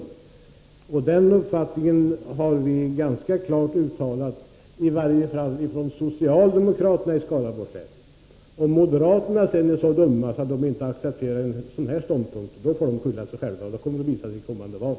Den uppfattningen har vi uttalat ganska klart i varje fall från socialdemokraterna i Skaraborgs län. Om moderaterna sedan är så dumma att de inte accepterar en sådan ståndpunkt, då får de skylla sig själva, och det kommer att visa sig i kommande val.